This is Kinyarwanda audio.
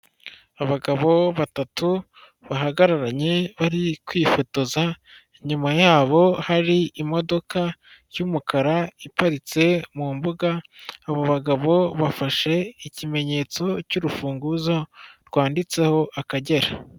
Abagabo batatu bahagararanye bari kwifotoza, inyuma yabo hari imodoka y'umukara iparitse mu mbuga, abo bagabo bafashe ikimenyetso cy'urufunguzo rwanditseho akagera.